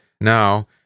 now